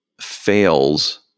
fails